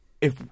if-